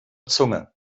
zunge